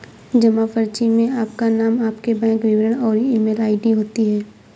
जमा पर्ची में आपका नाम, आपके बैंक विवरण और ईमेल आई.डी होती है